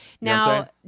Now